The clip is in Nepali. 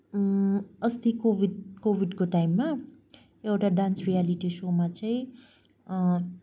अस्ति कोभिड कोभिडको टाइममा एउटा डान्स रियलिटी सोमा चाहिँ